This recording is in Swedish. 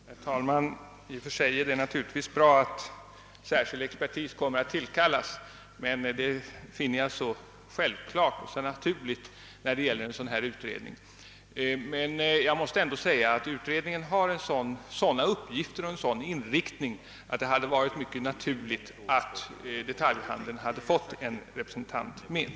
Herr talman! I och för sig är det naturligtvis bra att särskild expertis kommer att tillkallas; detta finner jag självklart och naturligt när det gäller en sådan utredning. Utredningen har emellertid sådana uppgifter och en sådan inriktning att det hade varit mycket naturligt att detaljhandeln fått ha en representant med.